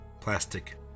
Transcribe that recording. plastic